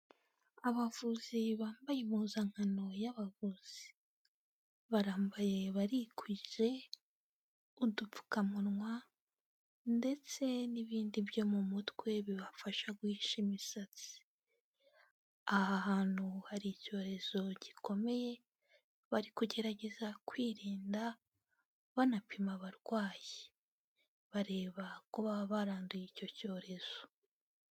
Abavuzi bambaye impuzankano y'abavuzi, barambaye barikwije, udupfukamunwa ndetse n'ibindi byo mu mutwe bibafasha guhisha imisatsi, aha hantu hari icyorezo gikomeye, bari kugerageza kwirinda banapima abarwayi, bareba ko baba baranduye icyo cyorezo.